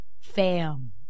Fam